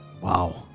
Wow